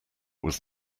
was